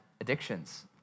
addictions